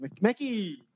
Mackie